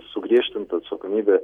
sugriežtinta atsakomybė